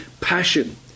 passion